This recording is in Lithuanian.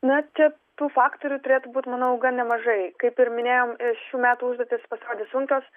na čia tų faktorių turėtų būt manau gan nemažai kaip ir minėjom šių metų užduotys pasirodė sunkios